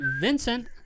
Vincent